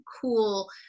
cool